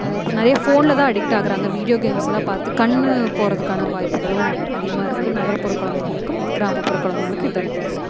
இப்போ நிறைய ஃபோனில் தான் அடிக்ட் ஆகுறாங்க வீடியோ கேம்ஸ் எல்லாம் பார்த்து கண் போகிறத்துக்கான வாய்ப்புகளும் அதிகமாக இருக்குது நகர்ப்புற குழந்தைகளுக்கும் கிராமப்புற குழந்தைகளுக்கு இது தான் வித்தியாசம்